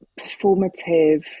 performative